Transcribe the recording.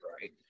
right